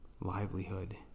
livelihood